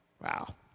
Wow